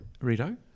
Rito